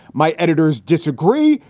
my editors disagree.